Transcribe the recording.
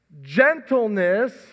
gentleness